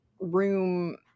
room